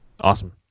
Awesome